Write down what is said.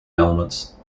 ailments